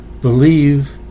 believe